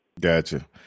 Gotcha